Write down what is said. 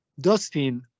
Dustin